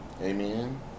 amen